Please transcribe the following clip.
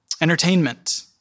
Entertainment